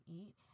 eat